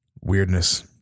weirdness